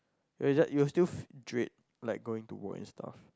where you just you'll still dread like going to work and stuff